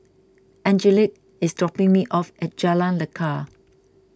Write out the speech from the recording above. Angelique is dropping me off at Jalan Lekar